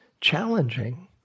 challenging